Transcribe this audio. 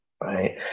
Right